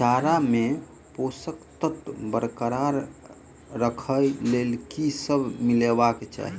चारा मे पोसक तत्व बरकरार राखै लेल की सब मिलेबाक चाहि?